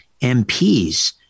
MPs